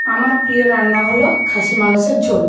আমার প্রিয় রান্না হল খাসি মাংসের ঝোল